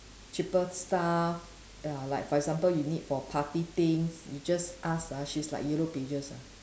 cheaper stuff ya like for example you need for party things you just ask ah she's like yellow pages ah